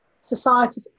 society